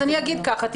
אז אני אגיד ככה,